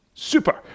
super